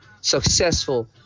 successful